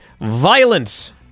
violence